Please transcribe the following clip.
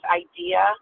idea